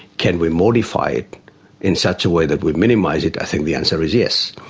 can we modify it in such a way that would minimise it? i think the answer is yes.